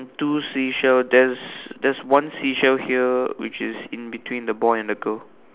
two seashell there's there's one seashell here which is in between the boy and the girl